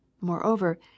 Moreover